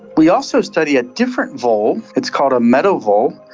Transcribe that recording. we also study a different vole, it's called a meadow vole,